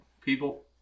people